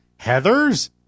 Heathers